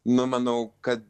numanau kad